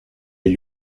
gli